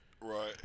Right